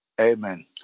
Amen